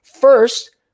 First